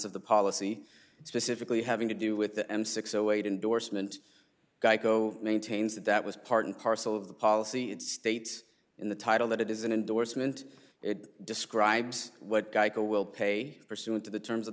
of the policy specifically having to do with the m six o eight indorsement geico maintains that that was part and parcel of the policy it states in the title that it is an endorsement it describes what geico will pay pursuant to the terms of